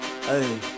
hey